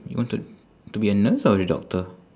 you wanted to be a nurse or the doctor